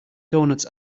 donuts